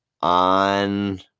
on